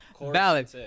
Valid